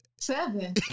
seven